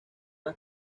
las